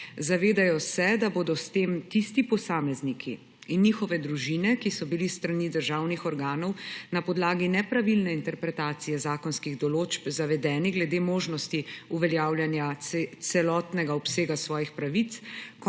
Zavedajo se, da bodo s tem tisti posamezniki in njihove družine, ki so bili s strani državnih organov na podlagi nepravilne interpretacije zakonskih določb zavedeni glede možnosti uveljavljanja celotnega obsega svojih pravic,